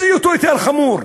מה יותר חמור?